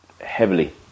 heavily